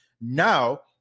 Now